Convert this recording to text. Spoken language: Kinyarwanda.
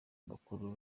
bakuru